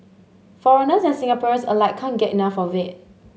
foreigners and Singaporeans alike can't get enough of it